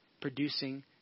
producing